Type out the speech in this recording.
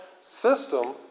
system